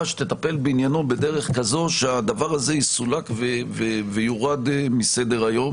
שתטפל בעניינו בדרך כזו שהדבר הזה יסולק וירד מסדר-היום,